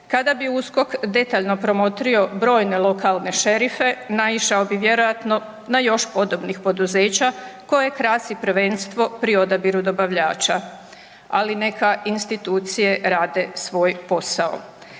Kada bi USKOK detaljno promotrio brojne lokalne šerife, naišao bi vjerojatno na još podobnih poduzeća koje krasi prvenstvo pri odabiru dobavljača. Ali institucije rade svoj posao.